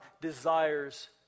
desires